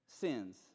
sins